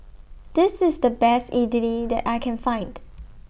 This IS The Best Idly that I Can Find